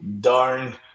darn